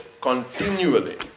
continually